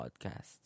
Podcasts